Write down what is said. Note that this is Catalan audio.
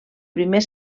primer